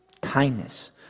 kindness